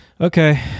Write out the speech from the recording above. Okay